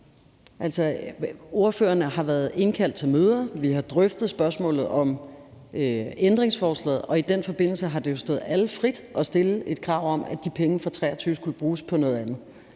Ordførerne har været indkaldt til møder, hvor vi har drøftet spørgsmålet om ændringsforslaget, og i den forbindelse har det jo stået alle frit at stille et krav om, at de penge fra 2023 skulle bruges på noget andet.